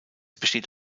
besteht